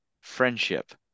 friendship